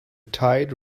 tide